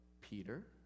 Peter